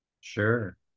sure